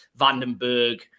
Vandenberg